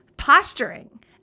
posturing